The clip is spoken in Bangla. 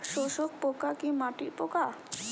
শোষক পোকা কি মাটির পোকা?